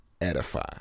edify